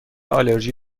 آلرژی